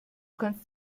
kannst